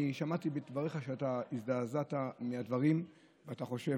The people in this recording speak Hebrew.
אני שמעתי בדבריך שאתה הזדעזעת מהדברים ושאתה חושב